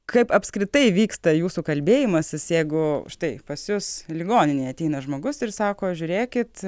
kaip apskritai vyksta jūsų kalbėjimasis jeigu štai pas jus ligoninėje ateina žmogus ir sako žiūrėkit